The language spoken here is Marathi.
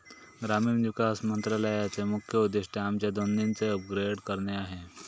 ग्रामीण विकास मंत्रालयाचे मुख्य उद्दिष्ट आमच्या दोन्हीचे अपग्रेड करणे आहे